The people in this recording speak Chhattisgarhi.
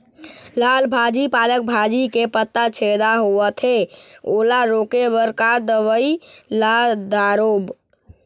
लाल भाजी पालक भाजी के पत्ता छेदा होवथे ओला रोके बर का दवई ला दारोब?